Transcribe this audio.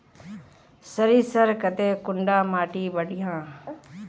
सरीसर केते कुंडा माटी बढ़िया?